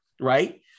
right